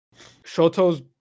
shoto's